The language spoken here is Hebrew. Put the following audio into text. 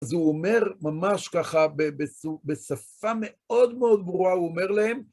אז הוא אומר ממש ככה, ב... ב... בשפה מאוד מאוד ברורה, הוא אומר להם,